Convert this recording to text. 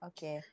Okay